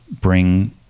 bring